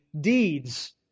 deeds